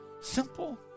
simple